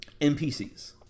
NPCs